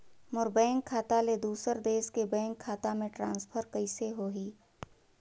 मोर bank खाता ले दुसर देश के बैंक खाता मे ट्रांसफर कइसे होही?